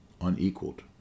unequaled